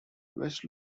west